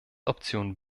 option